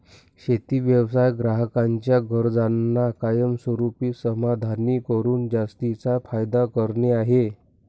शेती व्यवसाय ग्राहकांच्या गरजांना कायमस्वरूपी समाधानी करून जास्तीचा फायदा करणे आहे